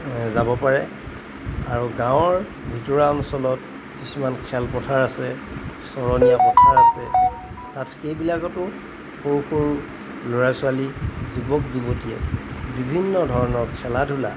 যাব পাৰে আৰু গাঁৱৰ ভিতৰুৱা অঞ্চলত কিছুমান খেলপথাৰ আছে চৰণীয়া পথাৰ আছে তাত সেইবিলাকতো সৰু সৰু ল'ৰা ছোৱালী যুৱক যুৱতীয়ে বিভিন্ন ধৰণৰ খেলা ধূলা